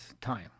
time